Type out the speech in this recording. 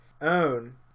own